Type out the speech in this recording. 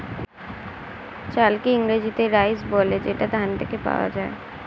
চালকে ইংরেজিতে রাইস বলে যেটা ধান থেকে পাওয়া যায়